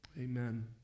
Amen